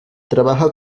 trabaja